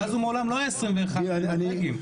מאז ומעולם לא היו 21 נורבגים.